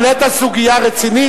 העלית סוגיה רצינית,